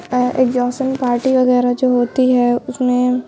exhaustion party وغیرہ جو ہوتی ہے اس میں